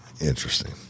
interesting